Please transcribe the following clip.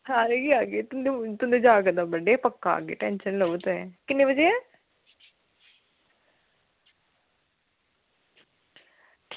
सारे आह्गे तुंदे जागतै दा बर्थ डे पक्का आह्गे किन्ने बजे